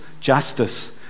justice